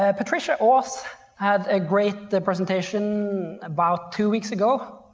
ah patricia ores had a great presentation about two weeks ago.